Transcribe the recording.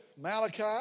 Malachi